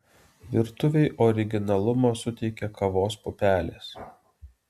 virtuvei originalumo suteikia kavos pupelės